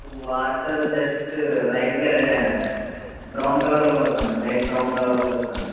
water just లైట్గా ర brown కలర్లోకి వస్తోంది లైట్ బ్రౌన్ కలర్లోకి వస్తోంది